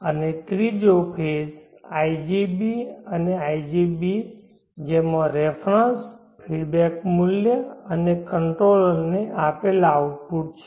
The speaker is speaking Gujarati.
અને ત્રીજો ફેઝ igB અને igB જેમાં રેફરન્સ ફીડબેક મૂલ્ય અને કંટ્રોલર ને આપેલ આઉટપુટ છે